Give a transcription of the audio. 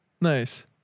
Nice